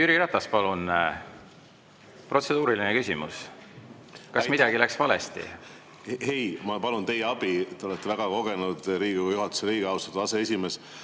Jüri Ratas, palun, protseduuriline küsimus! Kas midagi läks valesti? Ei, ma palun teie abi. Te olete väga kogenud Riigikogu juhatuse liige, austatud aseesimees.